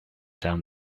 down